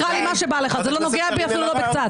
תקרא לי מה שבא לך, זה לא נוגע בי אפילו לא בקצת.